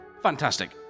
Fantastic